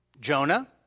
Jonah